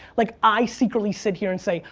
like i secretly sit here and say,